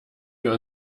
wir